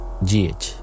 GH